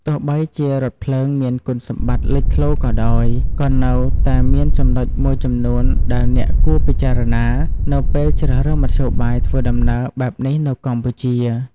ទោះបីជារថភ្លើងមានគុណសម្បត្តិលេចធ្លោក៏ដោយ ក៏នៅតែមានចំណុចមួយចំនួនដែលអ្នកគួរពិចារណានៅពេលជ្រើសរើសមធ្យោបាយធ្វើដំណើរបែបនេះនៅកម្ពុជា។